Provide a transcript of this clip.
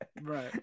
Right